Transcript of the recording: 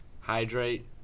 hydrate